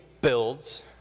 builds